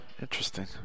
Interesting